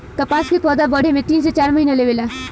कपास के पौधा बढ़े में तीन से चार महीना लेवे ला